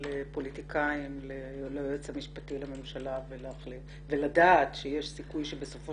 פוליטיקאים ליועץ המשפטי לממשלה ולדעת שיש סיכוי שבסופו